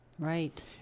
Right